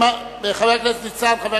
חבר הכנסת ניצן הורוביץ.